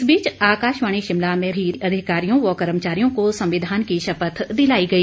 इस बीच आकाशवाणी शिमला में भी अधिकारियों व कर्मचारियों को संविधान की शपथ दिलाई गई